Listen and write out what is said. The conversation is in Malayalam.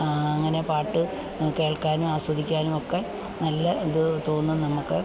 അങ്ങനെ പാട്ട് കേൾക്കാനും ആസ്വദിക്കാനുമൊക്കെ നല്ല ഇത് തോന്നും നമുക്ക്